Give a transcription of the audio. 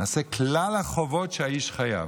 נעשה את כלל החובות שהאיש חייב.